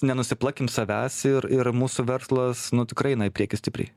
nenusiplakim savęs ir ir mūsų verslas nu tikrai eina į priekį stipriai